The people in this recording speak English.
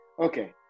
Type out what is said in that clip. okay